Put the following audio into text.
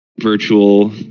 virtual